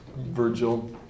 Virgil